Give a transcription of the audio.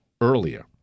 earlier